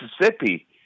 Mississippi